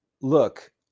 look